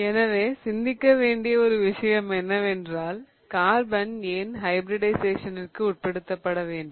எனவே சிந்திக்க வேண்டிய ஒரு விஷயம் என்னவென்றால் கார்பன் ஏன் ஹைபிரிடிஷயேசனிற்கு உட்படுத்தப்பட வேண்டும்